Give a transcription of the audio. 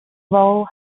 role